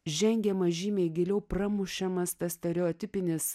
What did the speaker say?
žengiama žymiai giliau pramušiamas tas stereotipinis